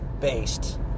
based